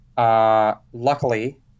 Luckily